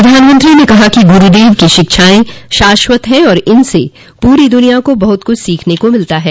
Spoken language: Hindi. प्रधानमंत्री ने कहा कि गुरूदेव की शिक्षाएं शाश्वत हैं और इनसे पूरी दुनिया को बहुत कुछ सीखने को मिलता है